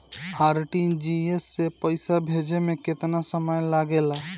RTGS से पैसा भेजे में केतना समय लगे ला?